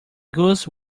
goose